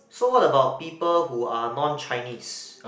so what about people who are non Chinese